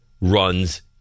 runs